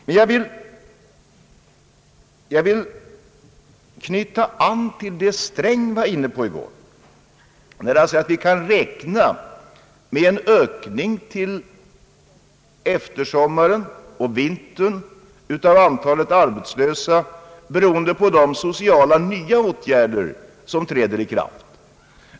Men jag vill knyta an till det som statsrådet Sträng var inne på i går, när han sade att vi kan räkna med en ökning av arbetslösheten till eftersommaren och vintern beroende på nya sociala åtgärder som träder i kraft.